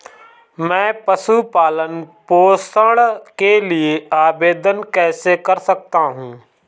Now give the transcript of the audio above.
मैं पशु पालन पोषण के लिए आवेदन कैसे कर सकता हूँ?